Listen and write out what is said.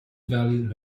valued